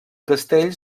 castell